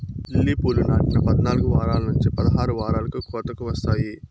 lily పూలు నాటిన పద్నాలుకు వారాల నుంచి పదహారు వారాలకు కోతకు వస్తాయి